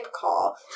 call